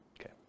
Okay